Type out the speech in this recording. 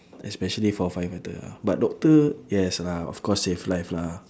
especially for a firefighter ah but doctor yes lah of course save life lah